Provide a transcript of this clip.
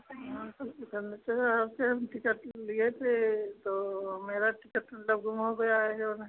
हम तो सिकंदराबाद से टिकट लिए थे तो मेरा टिकट गुम हो गया है तो